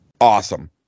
awesome